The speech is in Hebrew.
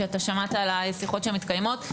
שאתה שמעת על השיחות שמתקיימות.